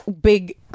big